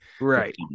Right